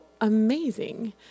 amazing